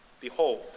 Behold